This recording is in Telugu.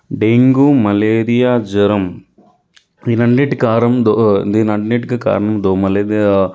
డెంగ్యూ మలేరియా జ్వరం దీనన్నిటి కార దో దీనన్నిటికీ కారణం దోమలే దే